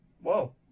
Whoa